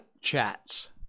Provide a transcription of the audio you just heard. chats